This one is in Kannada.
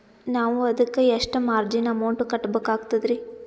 ನಾವು ಅದಕ್ಕ ಎಷ್ಟ ಮಾರ್ಜಿನ ಅಮೌಂಟ್ ಕಟ್ಟಬಕಾಗ್ತದ್ರಿ?